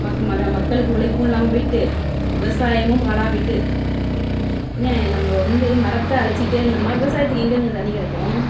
மக்களுக்கு உழைப்பும் இல்லாமல் போய்ட்டு விவசாயமும் பாழாப் போய்ட்டு ஏன் நம்ம வந்து மரத்தை அழிச்சிட்டே இருந்தோம்னா விவசாயத்துக்கு எங்கிருந்துங்க தண்ணி கிடைக்கும்